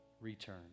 return